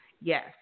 Yes